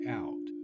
out